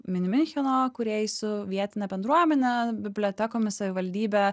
mini miuncheno kūrėjai su vietine bendruomene bibliotekomis savivaldybe